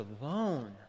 alone